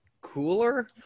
cooler